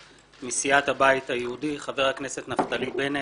מסיעת הבית היהודי: חבר הכנסת נפתלי בנט,